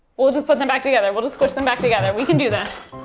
we'll just put them back together, we'll just squish them back together, we can do this.